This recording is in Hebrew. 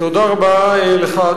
תודה רבה לך,